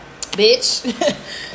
Bitch